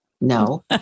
no